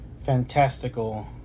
fantastical